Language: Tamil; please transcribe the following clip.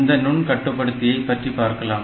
இந்த நுண்கட்டுப்படுத்தியை பற்றி பார்க்கலாம்